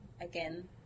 again